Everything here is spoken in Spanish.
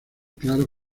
claro